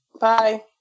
Bye